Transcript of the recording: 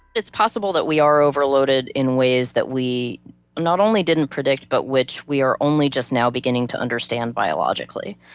it's possible that we are overloaded in ways that we not only didn't predict but which we are only just now beginning to understand, biologically.